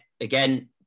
again